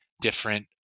different